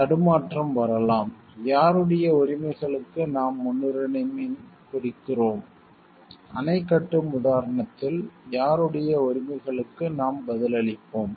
தடுமாற்றம் வரலாம் யாருடைய உரிமைகளுக்கு நாம் முன்னுரிமை கொடுக்கிறோம் அணை கட்டும் உதாரணத்தில் யாருடைய உரிமைகளுக்கு நாம் பதிலளிப்போம்